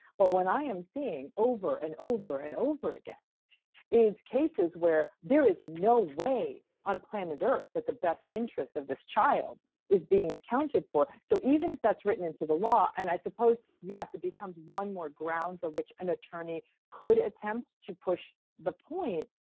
but what i am seeing over and over and over again is cases where there is no way on planet earth that the best interest of this child is being accounted for. so even if that's written into the law, and i suppose yes, it becomes one more grounds of which an attorney could attempt to push the point,